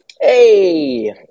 Hey